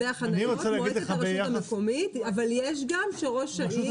לא ראש הרשות המקומית, אבל יש גם שראש העיר.